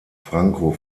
franco